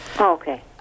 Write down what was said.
okay